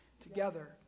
together